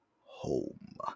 home